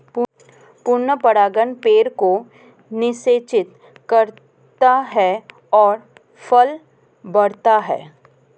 पूर्ण परागण पेड़ को निषेचित करता है और फल बढ़ता है